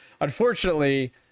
unfortunately